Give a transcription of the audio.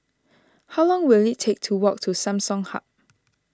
how long will it take to walk to Samsung Hub